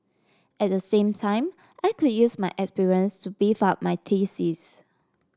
at the same time I could use my experience to beef up my thesis